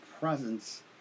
presence